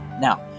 Now